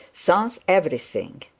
sans everything